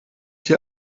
die